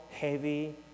heavy